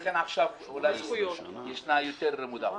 עכשיו יש אולי יותר מודעוּת.